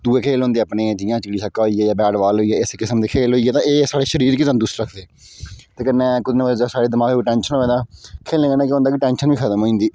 दूए खेल होंदे अपने जियां चिड़ी छिक्का होई गेआ बेटबाल होई गेआ इस किस्म दे खेल होई गे ते एह् साढ़े शरीर गी तंदरुसत रखदे लेकिन में अगर साढ़े दिमाग गी कोई टेंशन होऐ तां खेलने कन्नै केह् होंदा कि टेंशन बी खत्म होई जंदी